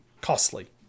costly